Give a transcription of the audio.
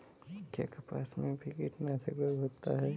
क्या कपास में भी कीटनाशक रोग होता है?